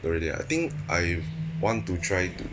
not really ah I think I want to try to